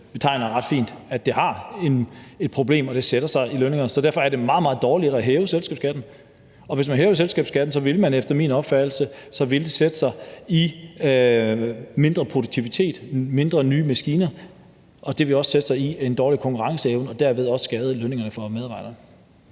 beskriver ret fint, at det har et problem i sig: at det sætter sig i lønningerne. Derfor er det meget, meget dårligt at hæve selskabsskatten. Hvis man hæver selskabsskatten, vil det efter min opfattelse sætte sig i mindre produktivitet, færre nye maskiner, og det vil også sætte sig i en dårlig konkurrenceevne og derved også skade lønningerne for medarbejderne.